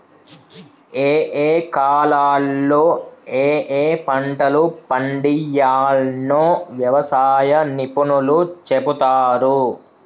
ఏయే కాలాల్లో ఏయే పంటలు పండియ్యాల్నో వ్యవసాయ నిపుణులు చెపుతారు